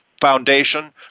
Foundation